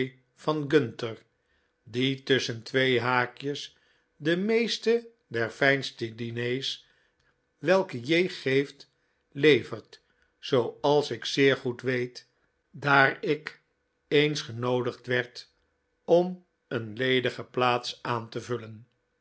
gunter die tusschen twee haakjes de meeste der fijnste diners welke j geeft levert zooals ik zeer goed weet daar ik eens genoodigd werd om een ledige plaats aan te vullen